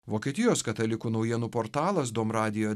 vokietijos katalikų naujienų portalas dom radijo